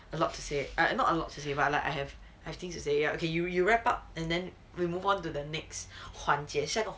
a lot to say ah not a lot to say I but I like I have have things to say okay you you wrap up and then we move on to the next 环节下个环节 right okay so I